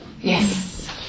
Yes